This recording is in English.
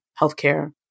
healthcare